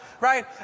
right